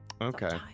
Okay